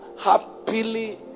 happily